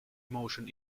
motion